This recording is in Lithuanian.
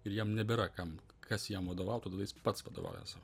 ir jam nebėra kam kas jam vadovautų tada jis pats vadovauja sau